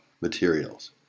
materials